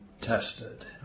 tested